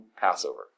Passover